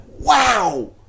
Wow